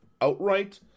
outright